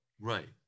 Right